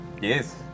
Yes